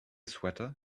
swatter